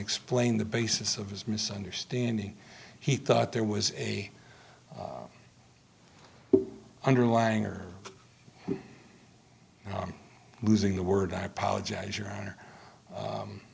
explain the basis of his misunderstanding he thought there was any underlying or using the word i apologize your honor